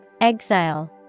Exile